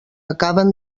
acaben